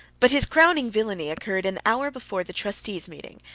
but his crowning villainy occurred an hour before the trustees' meeting,